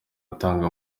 utanga